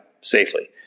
safely